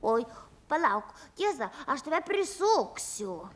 oi palauk tiesa aš tave prisuksiu